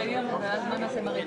אין נמנעים.